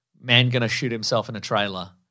man-gonna-shoot-himself-in-a-trailer